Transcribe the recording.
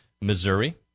Missouri